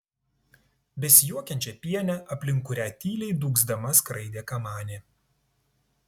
besijuokiančią pienę aplink kurią tyliai dūgzdama skraidė kamanė